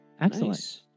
excellent